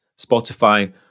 Spotify